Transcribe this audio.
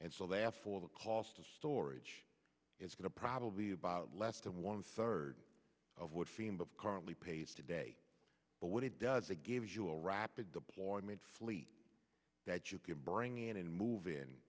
and so therefore the cost of storage is going to probably about less than one third of what field of currently pays today but what it does it gives you a rapid deployment fleet that you can bring in and move in